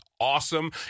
awesome